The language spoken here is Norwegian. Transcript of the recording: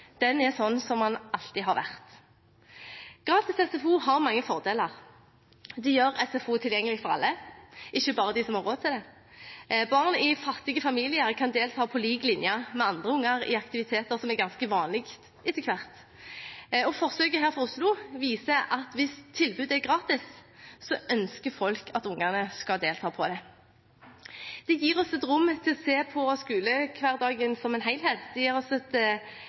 den alltid har vært. Gratis SFO har mange fordeler. Det gjør SFO tilgjengelig for alle, ikke bare for dem som har råd til det. Barn i fattige familier kan på lik linje med andre unger delta i aktiviteter som er ganske vanlige etter hvert. Forsøket her i Oslo viser at hvis tilbudet er gratis, ønsker folk at ungene skal delta. Det gir oss rom for å se på skolehverdagen som en helhet, det gir